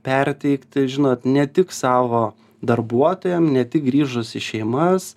perteikti žinot ne tik savo darbuotojam ne tik grįžus į šeimas